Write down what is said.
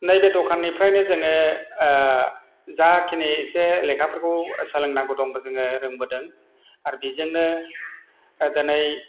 नैबे दखाननिफ्रायनो जोङो जाखिनि एसे लेखाफोरखौ सोलोंनांगौ दङो जोङो रोंबोदों आरो बिजोंनो दिनै